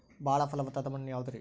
ಬಾಳ ಫಲವತ್ತಾದ ಮಣ್ಣು ಯಾವುದರಿ?